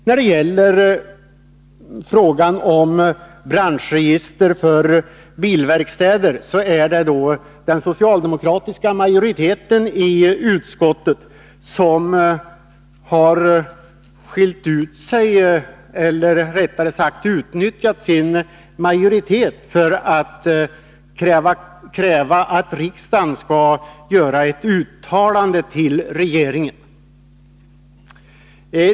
När det gäller branschregister för bilverkstäder har den socialdemokratiska majoriteten i utskottet skilt ut sig, eller rättare sagt utnyttjat sin majoritet för att kräva att riksdagen skall göra ett uttalande till regeringen.